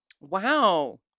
Wow